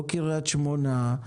לא קרית שמונה,